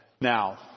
now